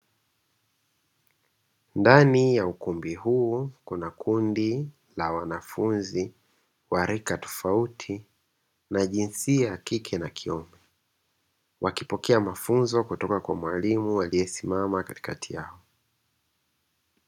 Ndani ya ukumbi huu kuna kundi la wanafunzi wa rika tofauti na jinsia ya kike na kiume wakipokea mafunzo kutoka kwa mwalimu aliyesimama katikati yao.